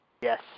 Yes